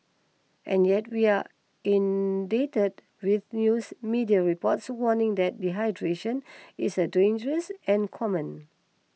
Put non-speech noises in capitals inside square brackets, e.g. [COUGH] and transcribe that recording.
and yet we are [UNINTELLIGIBLE] with news media reports warning that dehydration is dangerous and common